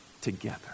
together